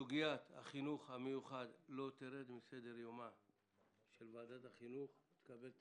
סוגיית החינוך המיוחד לא תרד מסדר יומה של ועדת החינוך ותקבל את